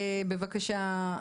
בבקשה,